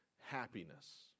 happiness